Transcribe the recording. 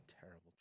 terrible